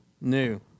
new